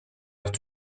heure